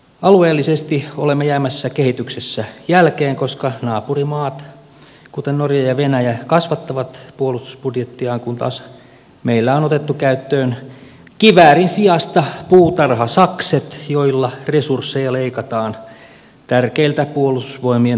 alueellisesti olemme jäämässä kehityksessä jälkeen koska naapurimaat kuten norja ja venäjä kasvattavat puolustusbudjettiaan kun taas meillä on otettu käyttöön kiväärin sijasta puutarhasakset joilla resursseja leikataan tärkeiltä puolustusvoimien toiminnoilta